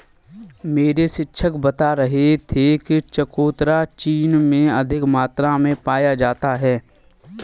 मेरे शिक्षक बता रहे थे कि चकोतरा चीन में अधिक मात्रा में पाया जाता है